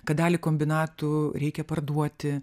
kad dalį kombinatų reikia parduoti